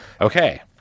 okay